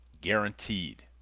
guaranteed